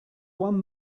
one